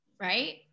right